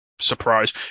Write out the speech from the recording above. surprise